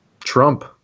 Trump